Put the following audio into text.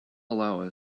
allow